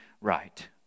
right